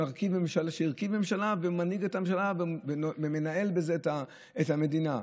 מי שהרכיב ממשלה ומנהיג את הממשלה ומנהל בזה את המדינה.